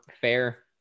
fair